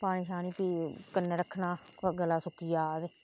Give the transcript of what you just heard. पानी शानी फ्ही कन्नै रक्खना कुतै गला सुक्की जा